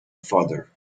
father